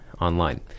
online